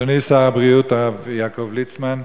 אדוני שר הבריאות, הרב יעקב ליצמן,